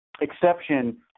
exception